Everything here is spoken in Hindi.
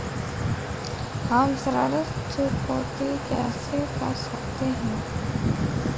हम ऋण चुकौती कैसे कर सकते हैं?